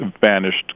vanished